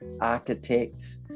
architects